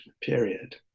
period